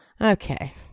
Okay